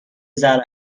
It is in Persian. ذره